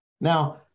Now